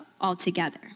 altogether